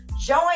Join